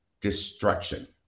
destruction